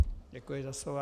Děkuji za slovo.